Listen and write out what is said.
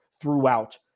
throughout